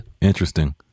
Interesting